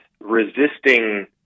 resisting